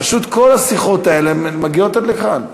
פשוט כל השיחות האלה מגיעות עד לכאן.